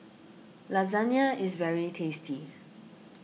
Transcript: Lasagna is very tasty